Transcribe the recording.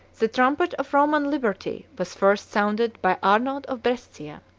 the trumpet of roman liberty was first sounded by arnold of brescia,